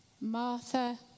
Martha